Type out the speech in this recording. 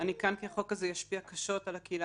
אני כאן כי החוק הזה ישפיע קשות על הקהילה